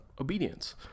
obedience